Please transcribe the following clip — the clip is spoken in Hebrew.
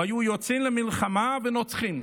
"והיו יוצאין למלחמה ונוצחין.